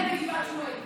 בגבעת שמואל.